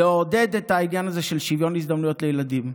לעודד את העניין הזה של שוויון הזדמנויות לילדים.